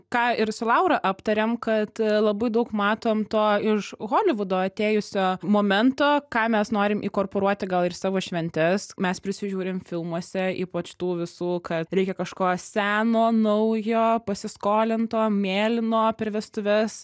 ką ir su laura aptarėm kad labai daug matom to iš holivudo atėjusio momento ką mes norim įkorporuoti gal ir į savo šventes mes prisižiūrim filmuose ypač tų visų kad reikia kažko seno naujo pasiskolinto mėlyno per vestuves